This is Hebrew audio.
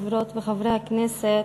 חברות וחברי הכנסת,